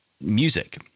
music